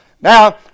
Now